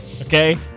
okay